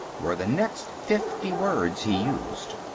were the next fifty words he used.